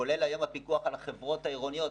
כולל היום הפיקוח על החברות העירוניות,